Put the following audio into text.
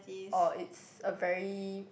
oh it's a very